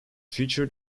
featured